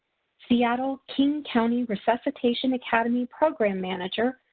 seattle king county resuscitation academy program manager,